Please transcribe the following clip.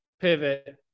pivot